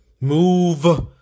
Move